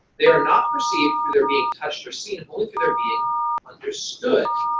they are not perceived through their being touched or seen, only through their being understood.